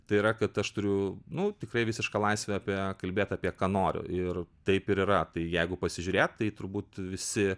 tai yra kad aš turiu nu tikrai visišką laisvę apie kalbėt apie ką noriu ir taip ir yra tai jeigu pasižiūrėt tai turbūt visi